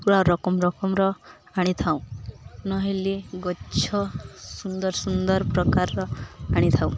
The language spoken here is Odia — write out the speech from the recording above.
ପୁରା ରକମ ରକମର ଆଣିଥାଉ ନହେଲେ ଗଛ ସୁନ୍ଦର ସୁନ୍ଦର ପ୍ରକାରର ଆଣିଥାଉ